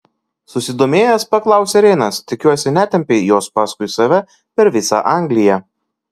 susidomėjęs paklausė reinas tikiuosi netempei jos paskui save per visą angliją